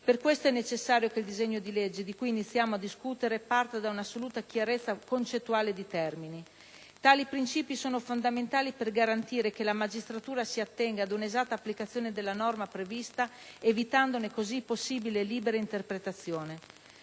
Per questo è necessario che il disegno di legge, di cui iniziamo la discussione, parta da un'assoluta chiarezza concettuale e di termini. Tali principi sono fondamentali per garantire che la magistratura si attenga ad una esatta applicazione della norma prevista evitandone così possibili libere interpretazioni.